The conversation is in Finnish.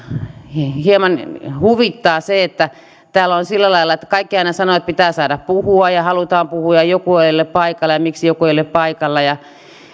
hieman huvittaa se että täällä on sillä lailla että kaikki aina sanovat että pitää saada puhua ja halutaan puhua ja joku ei ole paikalla ja miksi joku ei ole paikalla